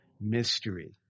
mystery